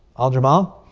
wa-l-jamaah,